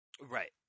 Right